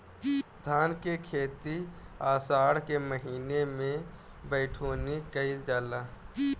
धान के खेती आषाढ़ के महीना में बइठुअनी कइल जाला?